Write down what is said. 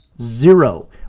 zero